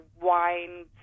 wine